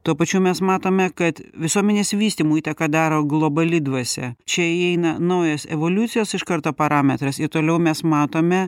tuo pačiu mes matome kad visuomenės vystymui įtaką daro globali dvasia čia įeina naujas evoliucijos iš karto parametras ir toliau mes matome